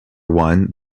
one